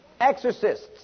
exorcists